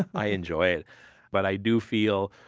i enjoy it but i do feel